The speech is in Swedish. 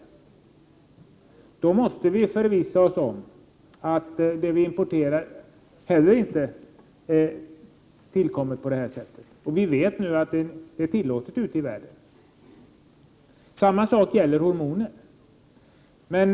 Men vi måste ändå förvissa oss om att antibiotika inte förekommer i det som vi importerar. Vi vet nu att antibiotikainblandning i djurfoder är tillåten ute i världen. Detsamma gäller hormoner.